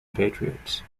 patriots